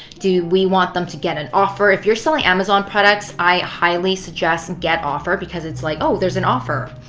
do we want them to get an offer? if you're selling amazon products, i highly suggest and get offer because it's like, oh, there's an offer.